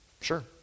sure